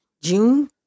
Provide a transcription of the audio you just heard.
June